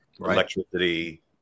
electricity